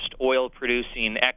oil-producing